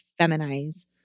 feminize